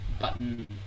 button